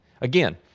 Again